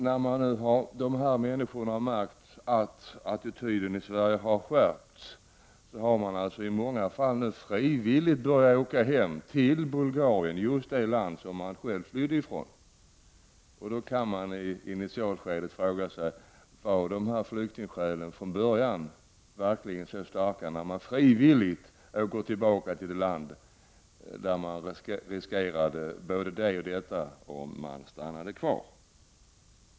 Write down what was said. När nu dessa människor har märkt att attityden i Sverige har skärpts har de i många fall frivilligt börjat att åka hem till Bulgarien, just det land som de har flytt ifrån. Då kan man i initialskedet fråga sig: Var flyktingskälen verkligen så starka, när dessa personer frivilligt åker tillbaka till det land där de riskerade både det ena och det andra, om de skulle stanna kvar?